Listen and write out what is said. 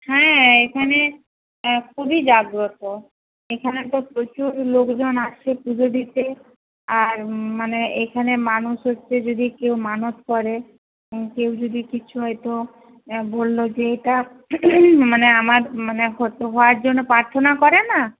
হ্যাঁ এইখানে খুবই জাগ্রত এইখানে তো প্রচুর লোকজন আসে পুজো দিতে আর মানে এইখানে মানুষ হচ্ছে যদি কেউ মানত করে কেউ যদি কিছু হয়তো বলল যে এটা মানে আমার মানে হয়তো হওয়ার জন্য প্রার্থনা করে না